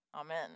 Amen